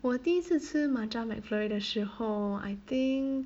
我第一次吃 matcha mcflurry 的时候 I think